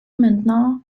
maintenant